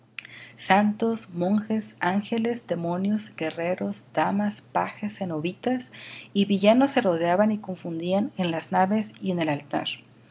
santos monjas ángeles demonios guerreros damas pajes cenobitas y villanos se rodeaban y confundían en las naves y en el altar